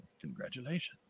Congratulations